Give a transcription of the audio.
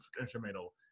instrumental